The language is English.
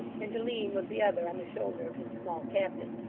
and to lean with the other on the shoulder of his small captain,